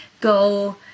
go